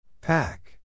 Pack